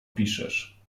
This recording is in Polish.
piszesz